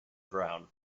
brown